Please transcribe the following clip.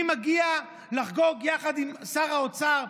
מי מגיע לחגוג יחד עם שר האוצר,